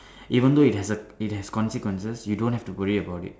even though it has a it has consequences you don't have to worry about it